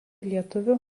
lietuvių